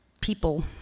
people